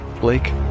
Blake